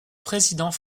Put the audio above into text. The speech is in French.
président